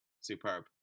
superb